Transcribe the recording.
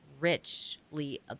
richly